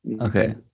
Okay